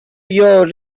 your